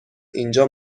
اینجا